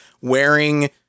wearing